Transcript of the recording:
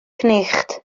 cnicht